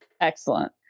Excellent